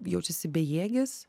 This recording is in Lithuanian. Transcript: jaučiasi bejėgis